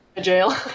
Jail